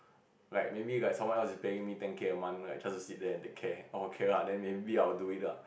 like maybe got someone else is paying me ten K a month like just to sit there and take care orh okay lah then maybe I will do it lah